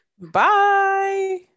bye